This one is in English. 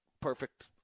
Perfect